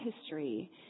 history